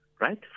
right